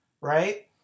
right